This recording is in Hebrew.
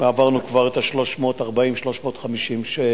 עברנו כבר את ה-340 350 שוטרים,